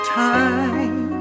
time